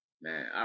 man